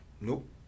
Nope